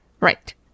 Right